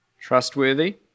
trustworthy